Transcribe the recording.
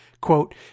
Quote